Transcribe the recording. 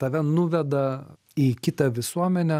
tave nuveda į kitą visuomenę